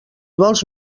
vols